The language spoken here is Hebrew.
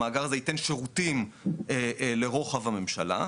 המאגר הזה ייתן שירותים לרוחב הממשלה.